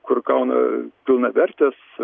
kur gauna pilnavertes